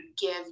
give